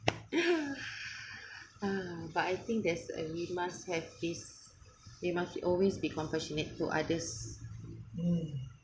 but I think there's uh we must have these we must always be compassionate to others mm